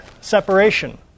separation